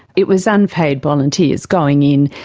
it was unpaid volunteers going in,